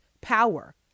power